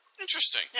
Interesting